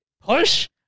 Push